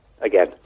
again